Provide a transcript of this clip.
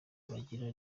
bagira